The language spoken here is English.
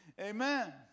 Amen